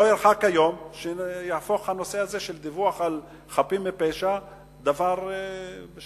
לא ירחק היום שהנושא של דיווח על חפים מפשע יהפוך לדבר שבשגרה.